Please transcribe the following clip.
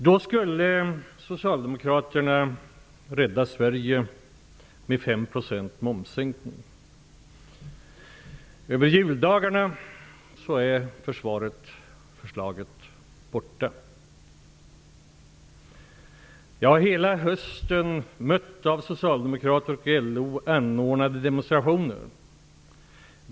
Då skulle socialdemokraterna rädda Hela hösten har jag mött demonstrationer anordnade av socialdemokrater och LO.